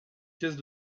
pièces